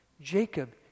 Jacob